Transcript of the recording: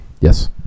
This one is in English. Yes